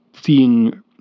seeing